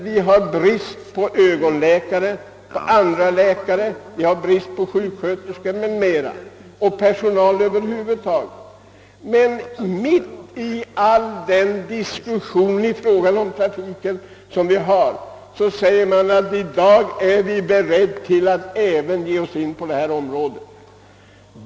Vi har ju brist på ögonläkare och på andra läkare, vi har brist på sjuksköterskor och på personal över huvud taget. I alla diskussioner om trafiken säger man sig ändå vara beredd att även ge sig in på detta område.